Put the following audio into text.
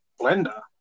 Blender